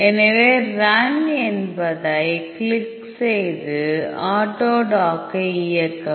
எனவே ரன் என்பதைக் கிளிக் செய்து ஆட்டோடாக்கை இயக்கவும்